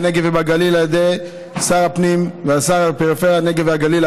בנגב ובגליל על ידי שר הפנים והשר לפריפריה הנגב והגליל,